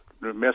miss